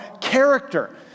character